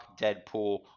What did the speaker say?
Deadpool